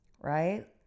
right